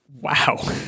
Wow